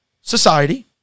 society